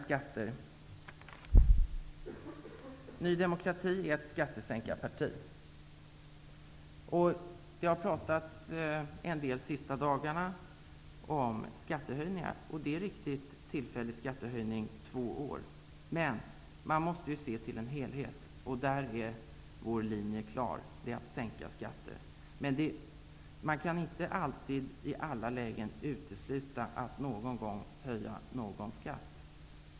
Skatter: Ny demokrati är ett skattesänkarparti. Det har pratats en del om skattehöjningar under de senaste dagarna. Det är riktigt. Det handlar om en tillfällig skattehöjning i två år. Men man måste se till en helhet, och då är vår linje klar, nämligen att skatterna skall sänkas. Men det går inte att i alla lägen utesluta att någon skatt någon gång måste höjas.